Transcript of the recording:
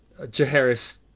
Jaharis